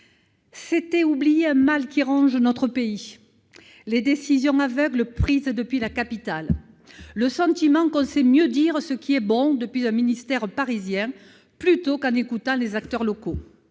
C'était oublier un mal qui ronge notre pays : les décisions aveugles prises depuis la capitale ; le sentiment que l'on sait mieux dire ce qui est bon en décidant depuis un ministère parisien plutôt qu'en écoutant les acteurs locaux.